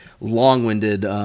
long-winded